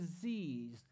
disease